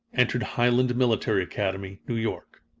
entered highland military academy, new york.